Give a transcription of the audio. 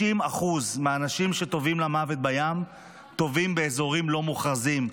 90% מהאנשים שטובעים למוות בים טובעים באזורים לא מוכרזים,